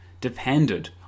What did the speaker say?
depended